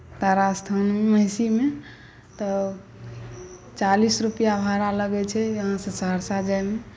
तारा स्थान महिषीमे तऽ चालिस रुपैआ भाड़ा लगैत छै यहाँसँ सहरसा जाइमे